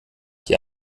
die